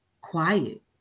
quiet